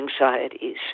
anxieties